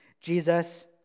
Jesus